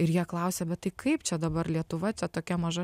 ir jie klausia bet tai kaip čia dabar lietuva čia tokia maža